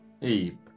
hey